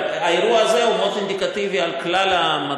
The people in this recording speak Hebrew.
אבל האירוע הזה הוא מאוד אינדיקטיבי על כלל המצב.